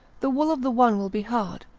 the wool of the one will be hard,